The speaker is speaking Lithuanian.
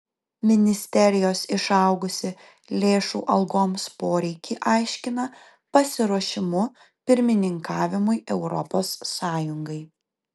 ministerijos išaugusį lėšų algoms poreikį aiškina pasiruošimu pirmininkavimui europos sąjungai